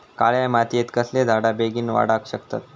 काळ्या मातयेत कसले झाडा बेगीन वाडाक शकतत?